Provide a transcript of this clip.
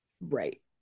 Right